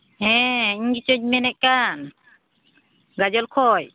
ᱦᱮᱸ ᱤᱧ ᱜᱮᱪᱚᱧ ᱢᱮᱱᱮᱫ ᱠᱟᱱ ᱜᱟᱡᱚᱞ ᱠᱷᱚᱱ